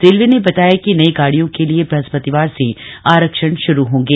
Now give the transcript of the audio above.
railway ने बताया कि नई गाडियों के लिए ब्रहस्पतिवार से आरक्षण शुरू होंगे